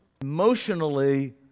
Emotionally